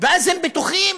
ואז הם בטוחים